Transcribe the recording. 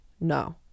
no